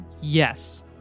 Yes